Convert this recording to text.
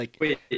wait